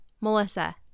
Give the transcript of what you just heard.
Melissa